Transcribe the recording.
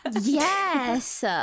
yes